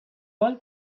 oil